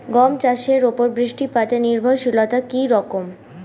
গম চাষের উপর বৃষ্টিপাতে নির্ভরশীলতা কী রকম?